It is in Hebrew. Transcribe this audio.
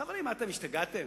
חברים, מה, אתם השתגעתם?